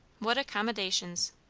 what accommodations!